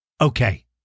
Okay